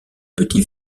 petit